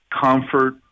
comfort